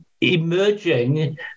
emerging